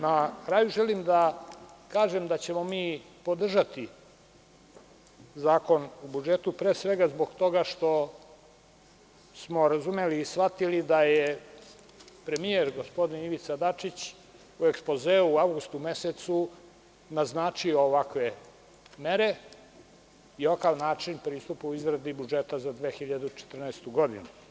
Na kraju želim da kažem da ćemo mi podržati Zakon o budžetu, pre svega zbog toga što smo razumeli i shvatili da je premijer, gospodin Ivica Dačić, u ekspozeu u avgustu mesecu naznačio ovakve mere i ovakav način pristupa u izradi budžeta za 2014. godinu.